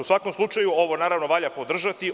U svakom slučaju, ovo naravno, valja podržati.